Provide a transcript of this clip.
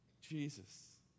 Jesus